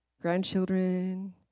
grandchildren